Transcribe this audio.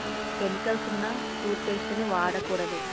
chemicals ఉన్న టూత్పేస్టుని వాడకూడదు